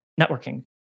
networking